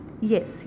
Yes